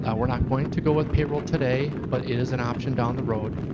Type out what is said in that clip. ah we're not going to go with payroll today, but it is an option down the road.